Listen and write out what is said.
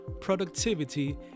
productivity